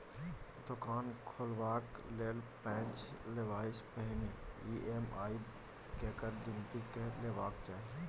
दोकान खोलबाक लेल पैंच लेबासँ पहिने ई.एम.आई केर गिनती कए लेबाक चाही